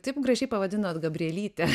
taip gražiai pavadinot gabrielytė